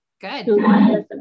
Good